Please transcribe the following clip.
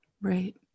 Right